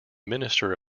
minister